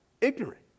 ignorant